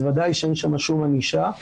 ובוודאי שאין שם שום ענישה.